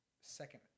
second